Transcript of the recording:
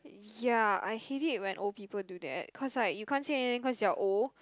ya I hate it when old people do that cause like you can't say anything cause they're old